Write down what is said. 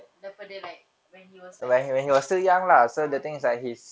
dia pada like when he was like a'ah